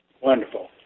Wonderful